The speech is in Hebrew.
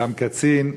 גם קצין.